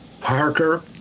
Parker